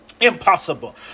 impossible